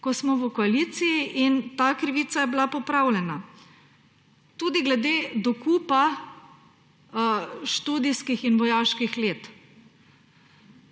ko smo v koaliciji; in ta krivica je bila popravljena. Tudi glede dokupa študijskih in vojaških let.